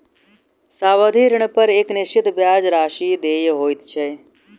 सावधि ऋणपर एक निश्चित ब्याज राशि देय होइत छै